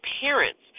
parents